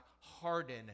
harden